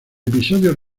episodio